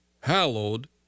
hallowed